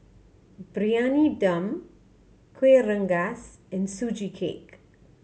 Briyani Dum Kueh Rengas and Sugee Cake